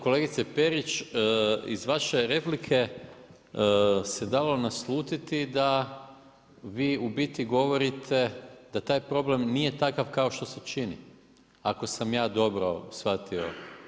Kolegice Perić, iz vaše replike se dalo naslutiti da vi u biti govorite da taj problem nije takav kao što se čini ako sam ja dobro shvatio.